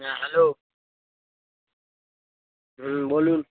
হ্যাঁ হ্যালো হুম বলুন